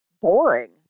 boring